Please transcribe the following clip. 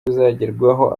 bizagerwaho